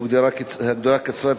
הגדלת התוספת לקצבת